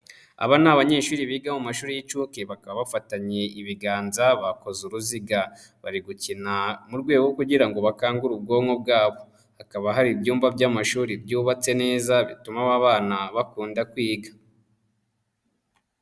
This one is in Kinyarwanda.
Aba ni abanyeshuri biga mu mashuri y'inshuke bakaba bafatanye ibiganza bakoze uruziga, bari gukina mu rwego rwo kugira ngo bakangure ubwonko bwabo, hakaba hari ibyumba by'amashuri byubatse neza bituma aba abana bakunda kwiga.